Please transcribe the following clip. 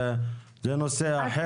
זה נושא אחר.